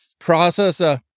processor